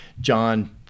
John